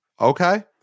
Okay